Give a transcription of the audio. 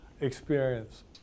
experience